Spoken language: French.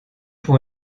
pour